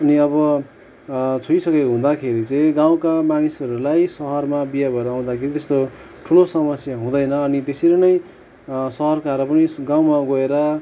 अनि अब छोइसकेको हुँदाखेरि चाहिँ गाउँका मानिसहरूलाई सहरमा बिहा भएर आउँदाखेरि त्यस्तो ठुलो समस्या हुँदैन अनि त्यसरी नै सहरकाहरू पनि गाउँमा गएर